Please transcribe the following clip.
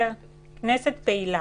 הכנסת פעילה